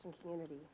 community